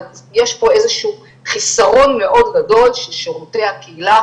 אבל יש פה איזה שהוא חיסרון מאוד גדול של שירותי הקהילה